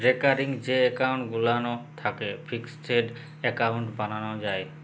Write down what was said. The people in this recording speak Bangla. রেকারিং যে এক্কাউল্ট গুলান থ্যাকে ফিকসেড এক্কাউল্ট বালালো যায়